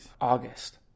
August